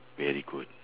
very good